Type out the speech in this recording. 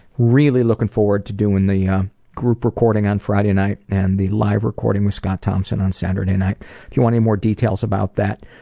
really looking forward to doing the um group recording on friday night and the live recording with scott thompson on saturday night. if you want any more details about that,